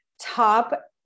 top